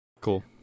Cool